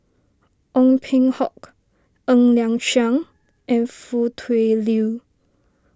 Ong Peng Hock Ng Liang Chiang and Foo Tui Liew